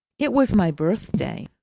it was my birthday.